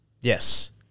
Yes